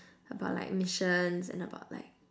about like missions and about like